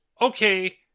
okay